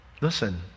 Listen